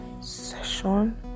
session